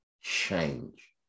change